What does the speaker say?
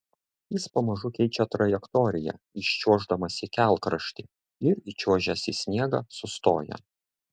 jis pamažu keičia trajektoriją iščiuoždamas į kelkraštį ir įčiuožęs į sniegą sustoja